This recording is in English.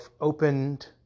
opened